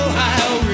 Ohio